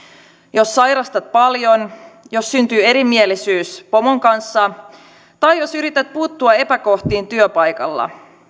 jos sairastat paljon jos syntyy erimielisyys pomon kanssa tai jos yrität puuttua epäkohtiin työpaikalla